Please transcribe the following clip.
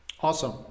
awesome